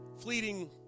fleeting